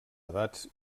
edats